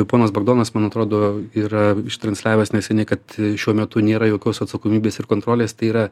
ponas bagdonas man atrodo yra ištransliavęs neseniai kad šiuo metu nėra jokios atsakomybės ir kontrolės tai yra